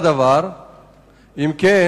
1. האם נכון הדבר?